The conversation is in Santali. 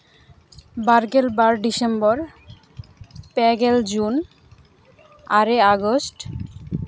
ᱵᱟᱨᱜᱮᱞ ᱵᱟᱨ ᱰᱤᱥᱮᱢᱵᱚᱨ ᱯᱮᱜᱮᱞ ᱡᱩᱱ ᱟᱨᱮ ᱟᱜᱚᱥᱴ